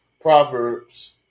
Proverbs